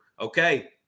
Okay